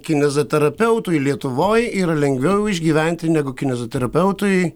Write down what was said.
kineziterapeutui lietuvoj yra lengviau išgyventi negu kineziterapeutui